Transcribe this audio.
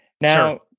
Now